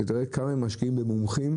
אתה תראה כמה הם משקיעים במומחים